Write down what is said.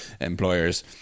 employers